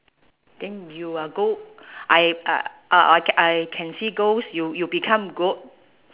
then you are go I uh uh I c~ I can see ghost you you become go